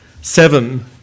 Seven